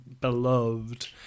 beloved